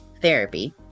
therapy